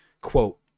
quote